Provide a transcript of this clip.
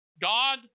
God